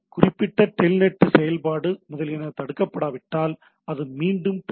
குறிப்பிட்ட டெல்நெட் செயல்பாடு முதலியன தடுக்கப்படாவிட்டால் அது மீண்டும் பெறப்படும்